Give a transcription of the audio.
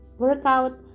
workout